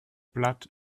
blood